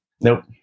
Nope